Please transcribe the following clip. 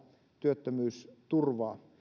työttömyysturvaa